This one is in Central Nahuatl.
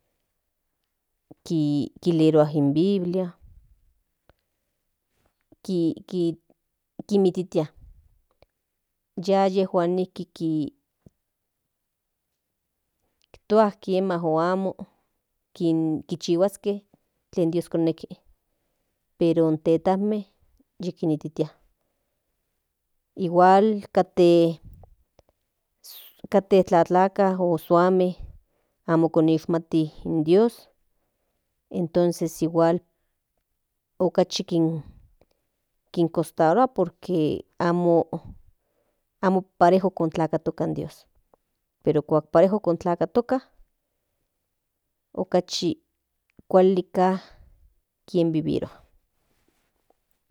Ki ki kilerua in biblia ki ki kimititia ya yejuan nijki kitua kiema kiema o amo kichihuaske ten dios kineki pero tetanme yikinititia igual kate kate tlatlaka o suame amo konishmati in dios entonces igual okchi kin kinkostarua por que amo parejo kotlakatoke in dios pero cunado parejo kotlakatoka okachi kuali ka ken vivirua.